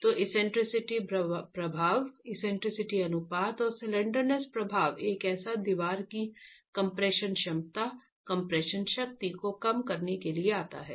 तो एक्सेंट्रिसिटी प्रभावएक्सेंट्रिसिटी अनुपात और स्लैंडरनेस प्रभाव एक साथ दीवार की कम्प्रेशन क्षमता कम्प्रेशन शक्ति को कम करने के लिए आता है